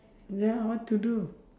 ya what to do